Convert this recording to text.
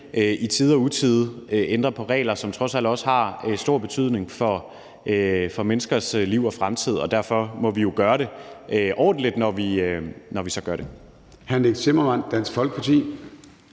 i tide og utide ændre på regler, som trods alt også har stor betydning for menneskers liv og fremtid, og derfor må vi gøre det ordentligt, når vi så gør det.